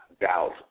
doubt